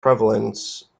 prevalence